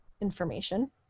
information